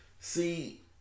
See